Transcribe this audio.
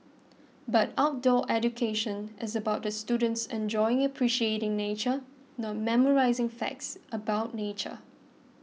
but outdoor education is about the students enjoying appreciating nature not memorising facts about nature